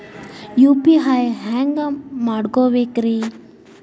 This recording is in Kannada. ಯು.ಪಿ.ಐ ಹ್ಯಾಂಗ ಮಾಡ್ಕೊಬೇಕ್ರಿ?